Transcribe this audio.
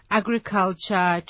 agriculture